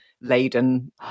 laden